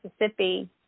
Mississippi